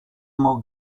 more